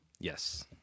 yes